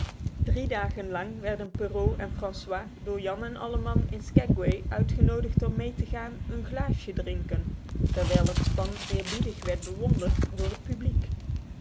drie dagen lang werden perrault en francois door jan en alleman in skaguay uitgenodigd mee te gaan een glaasje drinke twjlhsparbiedg won r het publiek